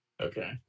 Okay